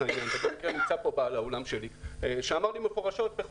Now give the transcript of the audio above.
ובמקרה נמצא פה בעל האולם שלי שאמר לי מפורשות כבר שדיברתי איתו